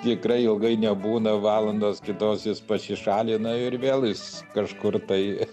tikrai ilgai nebūna valandos kitos jis pasišalina ir vėl jis kažkur tai